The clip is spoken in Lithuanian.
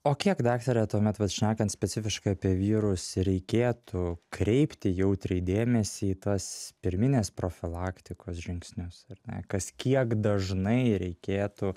o kiek daktare tuomet vat šnekant specifiškai apie vyrus reikėtų kreipti jautriai dėmesį į tas pirminės profilaktikos žingsnius ar ne kas kiek dažnai reikėtų